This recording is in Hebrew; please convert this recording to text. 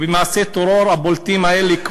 ומעשי הטרור הבולטים האלה,